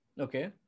Okay